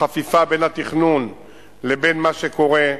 החפיפה בין התכנון לבין מה שקורה,